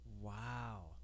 Wow